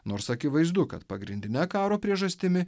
nors akivaizdu kad pagrindine karo priežastimi